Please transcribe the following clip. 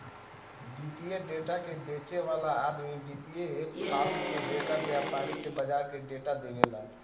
वित्तीय डेटा के बेचे वाला आदमी वित्तीय फार्म के डेटा, व्यापारी के बाजार के डेटा देवेला